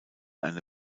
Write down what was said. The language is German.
eine